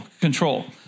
control